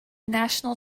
national